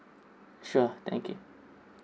sure thank you